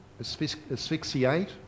asphyxiate